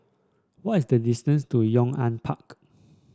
what is the distance to Yong An Park